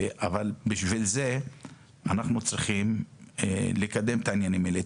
אבל בשביל זה אנחנו צריכים לקדם את העניינים האלה.